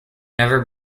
never